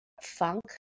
funk